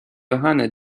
johanna